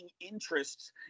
interests